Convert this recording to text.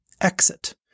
exit